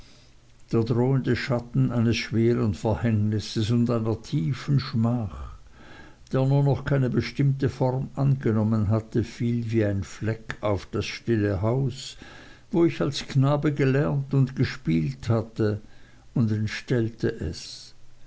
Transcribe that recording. der drohende schatten eines schweren verhängnisses und einer tiefen schmach der nur noch keine bestimmte form angenommen hatte fiel wie ein fleck auf das stille haus wo ich als knabe gelernt und gespielt hatte und entstellte es